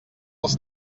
els